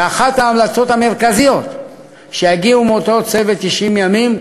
ואחת ההמלצות המרכזיות שיגיעו מאותו צוות 90 ימים,